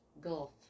Gulf